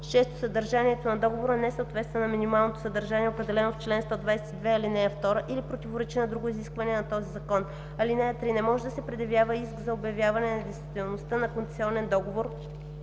6. съдържанието на договора не съответства на минималното съдържание, определено в чл. 122, ал. 2, или противоречи на друго изискване на този закон. (3) Не може да се предявява иск за обявяване недействителността на концесионен договор,